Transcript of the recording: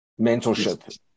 mentorship